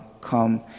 come